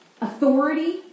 authority